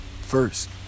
first